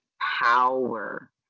power